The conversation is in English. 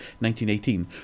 1918